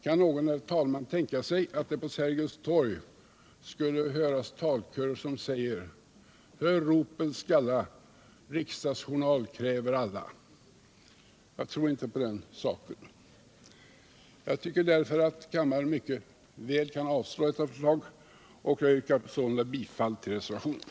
Kan någon, herr talman, tänka sig att det på Sergels torg skulle höras talkörer säga: ”Hör ropen skalla, riksdagsjournal kräver alla.” Jag tror inte på det. Kammaren kan mycket väl avslå detta förslag. Jag yrkar således bifall till reservationen.